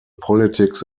politics